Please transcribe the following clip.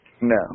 No